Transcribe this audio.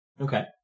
Okay